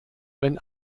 wenn